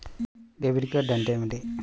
Debit card అంటే ఏమిటి?